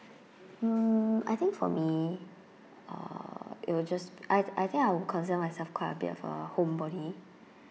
hmm I think for me uh it was just I I think I would consider myself quite a bit of a homebody